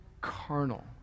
carnal